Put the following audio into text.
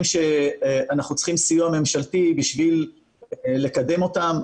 שאנחנו צריכים סיוע ממשלתי בשביל לקדם אותם.